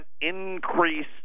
increase